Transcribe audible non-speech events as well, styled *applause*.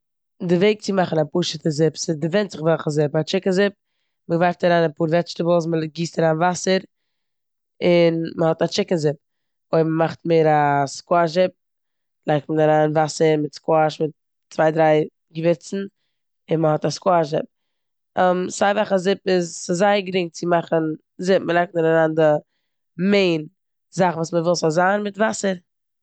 די וועג צו מאכן א פשוטע, ס'ד- ווענדט זיך וועלכע זופ, א זופ טשיקן זופ, מ'ווארפט אריין אפאר וועדשטעבלס, מ'גיסט אריין וואסער און מ'האט א טשיקן זופ. אויב מ'מאכט מער א סקוואש זופ לייגט מען אריין וואסער מיט סקוואש מיט צוויי דריי געווירצן און מ'האט א סקוואש זופ. *hesitation* סיי וועלכע זופ איז - ס'זייער גרינג צו מאכן זופ. מ'לייגט נאר אריין די מעין זאך וואס מ'וויל ס'זאל זיין מיט וואסער.